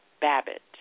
Babbitt